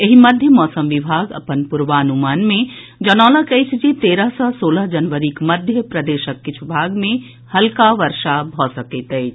एहि मध्य मौसम विभाग अपन पूर्वानुमान मे जनौलक अछि जे तेरह सँ सोलह जनवरीक मध्य प्रदेशक किछु भाग मे हल्का वर्षा भऽ सकैत अछि